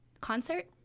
concert